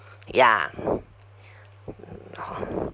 ya